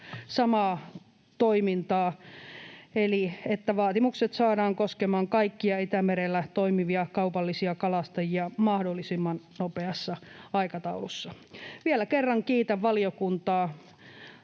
samaa toimintaa, eli että vaatimukset saadaan koskemaan kaikkia Itämerellä toimivia kaupallisia kalastajia mahdollisimman nopeassa aikataulussa. Vielä kerran kiitän valiokuntaa